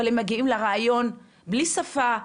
אבל הם מגיעים לריאיון בלי שפה,